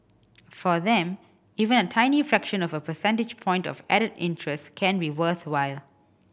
for them even a tiny fraction of a percentage point of added interest can be worthwhile